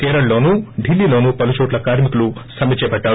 కేరళలోనూ ఢిల్లీలోను పలు చోట్ల కార్మికులు సమ్మె చేపట్లారు